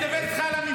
אני מדבר על הממשלה.